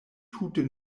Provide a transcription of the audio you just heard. tute